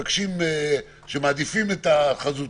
שמעדיפים את החזותי.